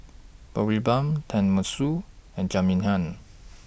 Boribap Tenmusu and Jajangmyeon